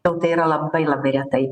o tai yra labai labai retai